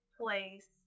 place